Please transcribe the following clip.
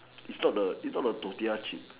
is not the is not the tortilla chips